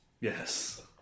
Yes